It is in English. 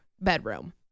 bedroom